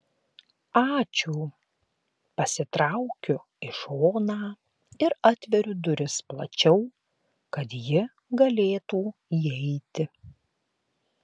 ačiū pasitraukiu į šoną ir atveriu duris plačiau kad ji galėtų įeiti